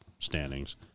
Standings